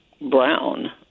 brown